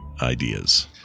ideas